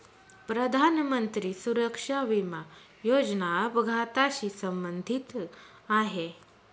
प्रधानमंत्री सुरक्षा विमा योजना अपघाताशी संबंधित आहे